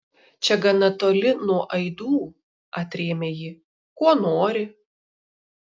čia gana toli nuo aidų atrėmė ji ko nori